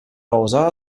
rosa